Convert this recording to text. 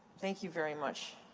thank you very much.